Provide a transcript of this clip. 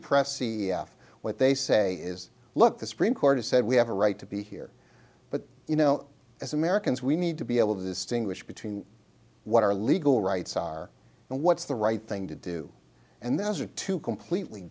press c f what they say is look the supreme court has said we have a right to be here but you know as americans we need to be able to distinguish between what our legal rights are and what's the right thing to do and those are two completely